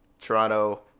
Toronto